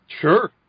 Sure